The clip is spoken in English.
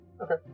Okay